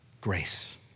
Grace